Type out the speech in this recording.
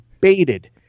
baited